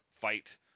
fight